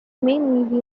mainly